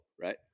right